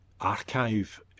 archive